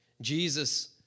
Jesus